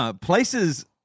Places